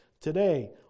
today